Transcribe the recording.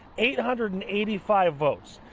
eight hundred and eighty five votes.